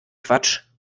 quatsch